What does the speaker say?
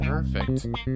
Perfect